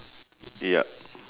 ya